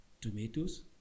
tomatoes